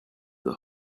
the